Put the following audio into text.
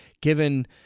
given –